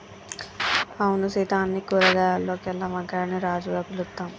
అవును సీత అన్ని కూరగాయాల్లోకెల్లా వంకాయని రాజుగా పిలుత్తాం